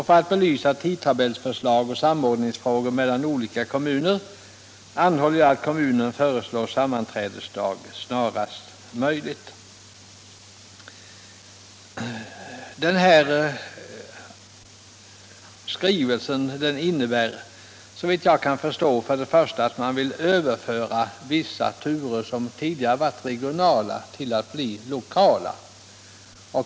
För att belysa tidtabellsförslag och samordningsfrågor mellan olika kommuner, anhåller jag” — skrivelsen är undertecknad av busslinjechefen - ”att kommunen föreslår sammanträdesdag snarast möjligt.” Såvitt jag förstår innebär skrivelsen att man för det första ville ändra vissa turer, som tidigare har varit regionala, till att bli lokala.